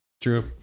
True